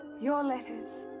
your letters?